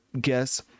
guess